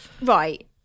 right